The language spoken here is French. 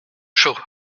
chaud